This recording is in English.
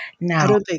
Now